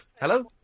Hello